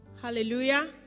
Hallelujah